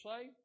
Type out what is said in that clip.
say